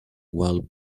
while